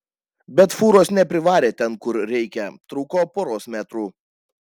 bet fūros neprivarė ten kur reikia trūko poros metrų